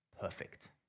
Perfect